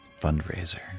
fundraiser